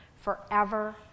forever